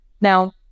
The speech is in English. Now